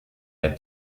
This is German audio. der